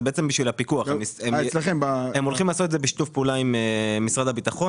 הם הולכים לעשות את זה בשיתוף פעולה עם משרד הביטחון.